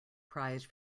prize